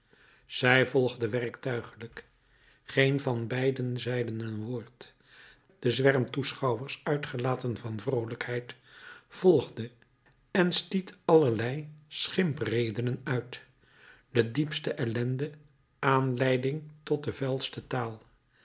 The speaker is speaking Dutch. zij volgde werktuiglijk geen van beiden zeide een woord de zwerm toeschouwers uitgelaten van vroolijkheid volgde en stiet allerlei schimpredenen uit de diepste ellende aanleiding tot de vuilste taal